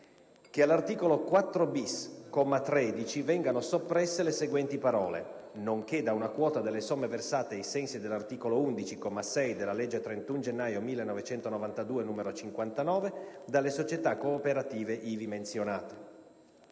che all'articolo 4-*bis*, comma 13, vengano soppresse le seguenti parole: "nonché da una quota delle somme versate ai sensi dell'articolo 11, comma 6, della legge 31 gennaio 1992, n. 59, dalle società cooperative ivi menzionate";